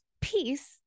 peace